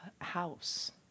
House